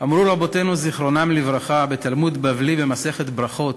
אמרו רבותינו זיכרונם לברכה בתלמוד בבלי מסכת ברכות: